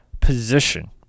position